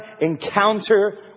encounter